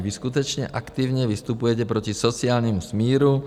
Vy skutečně aktivně vystupujete proti sociálnímu smíru.